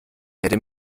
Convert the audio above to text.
werde